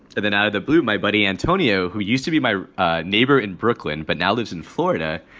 and then out of the blue, my buddy antonio, who used to be my neighbor in brooklyn, but now lives in florida.